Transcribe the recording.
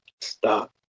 Stop